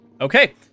Okay